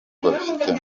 babifitemo